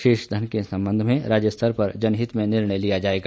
शेष घन के सम्बन्ध में राज्य स्तर पर जनहित में निर्णय लिया जाएगा